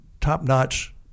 top-notch